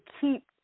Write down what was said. keep